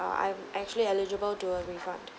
uh I'm actually eligible to a refund